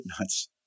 nuts